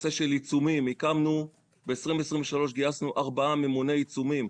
הנושא של עיצומים ב-2023 גייסנו ארבעה ממוני עיצומים,